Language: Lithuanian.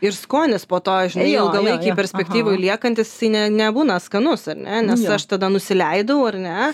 ir skonis po to žinai ilgalaikėj perspektyvoj liekantis jisai ne nebūna skanus ar ne nes aš tada nusileidau ar ne